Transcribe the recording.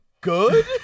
good